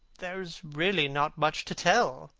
there is really not much to tell,